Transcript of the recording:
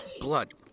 blood